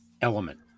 element